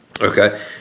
Okay